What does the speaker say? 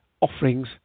offerings